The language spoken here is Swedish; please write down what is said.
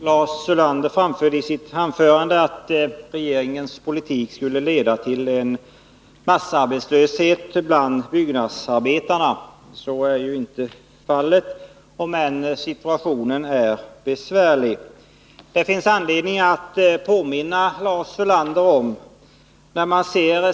Fru talman! Lars Ulander sade i sitt anförande att regeringens politik skulle leda till massarbetslöshet bland byggnadsarbetarna. Så är inte fallet, även om situationen är besvärlig.